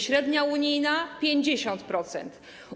Średnia unijna: 50%.